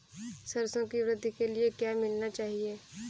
सरसों की वृद्धि के लिए क्या मिलाना चाहिए?